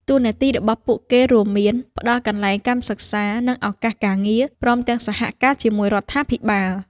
តួនាទីរបស់ពួកគេរួមមាន ផ្តល់កន្លែងកម្មសិក្សា និងឱកាសការងារ ព្រមទាំងសហការជាមួយរដ្ឋាភិបាល។